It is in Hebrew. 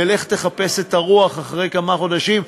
ולך תחפש את הרוח אחרי כמה חודשים,